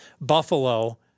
Buffalo